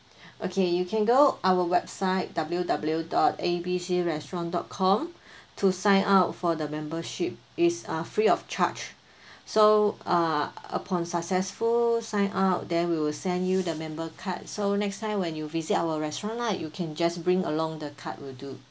okay you can go our website W W dot A B C restaurant dot com to sign up for the membership it's uh free of charge so uh upon successful sign-up then we will send you the member card so next time when you visit our restaurant lah you can just bring along the card will do